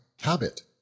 habit